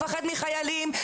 לפחד מחיילים,